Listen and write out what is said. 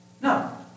No